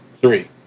three